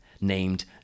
named